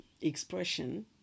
expression